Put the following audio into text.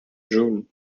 june